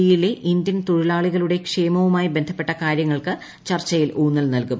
E യിലെ Indian തൊഴിലാളികളുടെ ക്ഷേമവുമായി ബന്ധപ്പെട്ട കാര്യങ്ങൾക്ക് ചർച്ചയിൽ ഊന്നൽ നൽകും